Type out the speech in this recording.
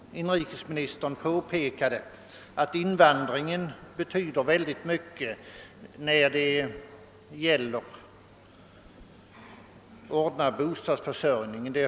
Inrikesministern påpekade att invandringen betyder oerhört mycket när det gäller att ordna bostadsförsörjningen.